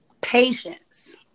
Patience